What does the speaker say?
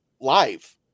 live